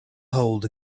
hold